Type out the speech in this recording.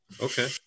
Okay